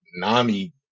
Nami